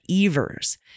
Evers